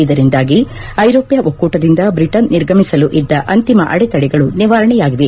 ಇದರಿಂದಾಗಿ ಐರೋಪ್ಯ ಒಕ್ಕೂಟದಿಂದ ಬ್ರಿಟನ್ ನಿರ್ಗಮಿಸಲು ಇದ್ದ ಅಂತಿಮ ಅಡೆತಡೆಗಳು ನಿವಾರಣೆಯಾಗಿವೆ